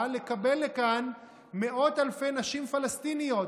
לקבל לכאן מאות אלפי נשים פלסטיניות,